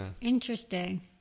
Interesting